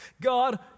God